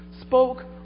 spoke